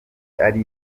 ari